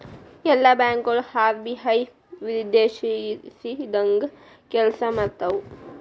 ಎಲ್ಲಾ ಬ್ಯಾಂಕ್ ಗಳು ಆರ್.ಬಿ.ಐ ನಿರ್ದೇಶಿಸಿದಂಗ್ ಕೆಲ್ಸಾಮಾಡ್ತಾವು